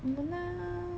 Mona